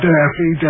Daffy